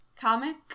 Comic